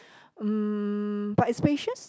mm but it's spacious